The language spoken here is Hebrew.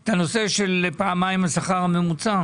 את הנושא של פעמיים השכר הממוצע?